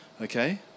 Okay